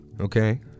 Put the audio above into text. Okay